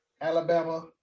Alabama